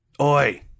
Oi